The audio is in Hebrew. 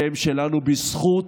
שהם שלנו בזכות,